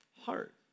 heart